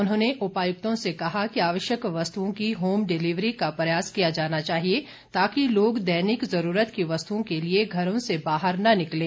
उन्होंने उपायुक्तों से कहा कि आवश्यक वस्तुओं की होम डिलीवरी का प्रयास किया जाना चाहिए ताकि लोग दैनिक ज़रूरत की वस्तुओं के लिए घरों से बाहर न निकलें